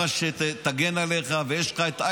אתה